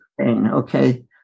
Okay